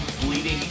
bleeding